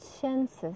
chances